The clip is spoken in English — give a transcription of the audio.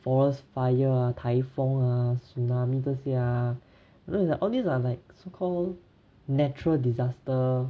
forest fire ah 台风啊 tsunami 这些啊 you know it's like all these are like so called natural disaster